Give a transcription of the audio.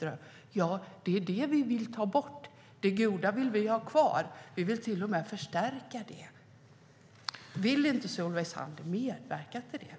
Ja, för det är det vi vill ta bort. Det goda vill vi ha kvar. Vi vill till och med förstärka det. Vill inte Solveig Zander medverka till det?